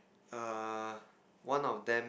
err one of them